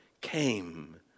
came